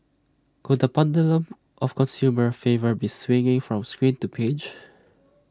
could the pendulum of consumer favour be swinging from screen to page